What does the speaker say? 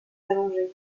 allongées